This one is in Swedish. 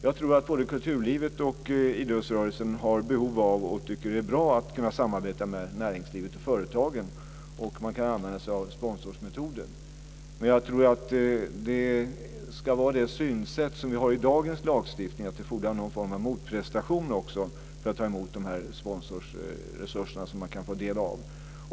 Jag tror att både kulturlivet och idrottsrörelsen har behov av och tycker att det är bra att kunna samarbeta med näringslivet och företagen. Man kan använda sig av sponsormetoden. Jag tror att det ska vara det synsätt som vi har i dag i lagstiftningen, att det fordrar någon form av motprestation för att ta emot de sponsorresurser som man kan gå del av.